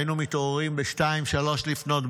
היינו מתעוררים ב-3:00-2:00,